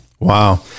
Wow